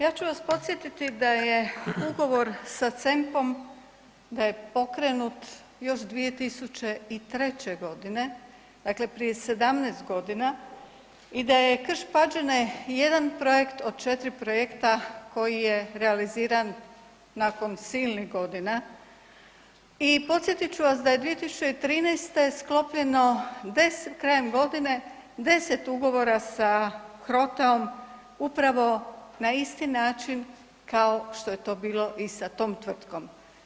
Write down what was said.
Ja ću vas podsjetiti da je ugovor sa CEMP-om da je pokrenut još 2003. g., dakle prije 17 godina i da je Krš-Pađene jedan projekt od 4 projekta koji je realiziran nakon silnih godina i podsjetit ću vas da je 2013. sklopljeno 10, krajem godine, 10 ugovora sa HROTE-om upravo na isti način kao što je to bilo i sa tom tvrtkom.